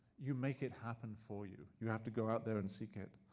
you make it happen for you. you have to go out there and seek it.